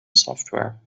software